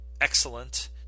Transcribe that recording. excellent